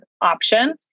option